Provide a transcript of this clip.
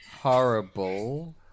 Horrible